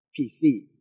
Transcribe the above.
PC